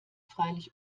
freilich